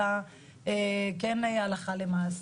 אלא כן הלכה למעשה.